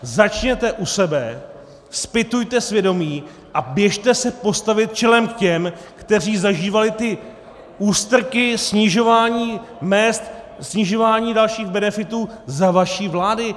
Začněte u sebe, zpytujte svědomí a běžte se postavit čelem k těm, kteří zažívali ty ústrky snižování mezd, snižování dalších benefitů za vaší vlády!